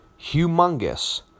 humongous